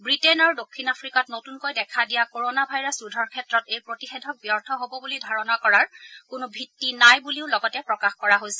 Britain আৰু দক্ষিণ আফ্ৰিকাত নতুনকৈ দেখা দিয়া কৰোণা ভাইৰাছ ৰোধৰ ক্ষেত্ৰত এই প্ৰতিষেধক ব্যৰ্থ হ'ব বুলি ধাৰণা কৰাৰ কোনো ভিত্তি নাই বুলিও লগতে প্ৰকাশ কৰা হৈছে